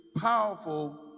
powerful